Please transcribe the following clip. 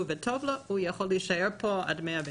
וטוב לו והוא יכול להישאר פה עד 120,